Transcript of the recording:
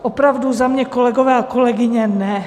Opravdu za mě, kolegové a kolegyně, ne.